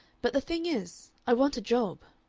but the thing is, i want a job.